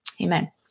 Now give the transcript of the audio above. Amen